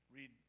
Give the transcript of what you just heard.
Read